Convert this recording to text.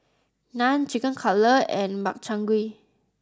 Naan Chicken Cutlet and Makchang Gui